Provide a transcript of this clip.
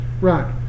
right